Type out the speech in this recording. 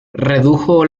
redujo